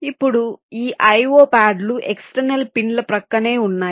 ఇప్పుడు ఈ IO ప్యాడ్లు ఎక్స్టర్నల్ పిన్ల ప్రక్కనే ఉన్నాయి